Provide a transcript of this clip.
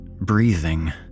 breathing